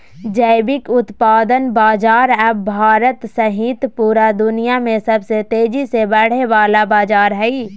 जैविक उत्पाद बाजार अब भारत सहित पूरा दुनिया में सबसे तेजी से बढ़े वला बाजार हइ